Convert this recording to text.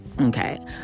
Okay